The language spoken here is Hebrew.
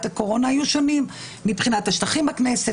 הקורונה היו שונים: מבחינת השטחים בכנסת,